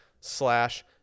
slash